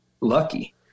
lucky